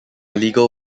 legal